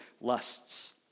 lusts